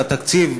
והתקציב,